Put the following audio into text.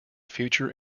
future